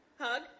Hug